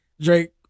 Drake